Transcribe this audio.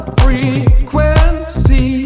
frequency